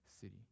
city